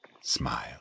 Smile